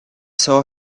saw